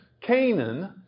Canaan